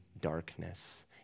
darkness